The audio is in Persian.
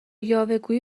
یاوهگویی